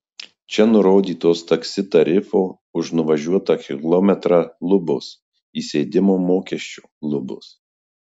čia nurodytos taksi tarifo už nuvažiuotą kilometrą lubos įsėdimo mokesčio lubos